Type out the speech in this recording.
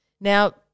Now